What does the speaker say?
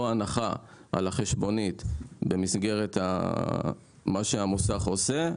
או הנחה על החשבונית במסגרת מה שהמוסך עושה,